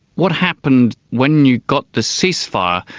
what happened when you got the ceasefire,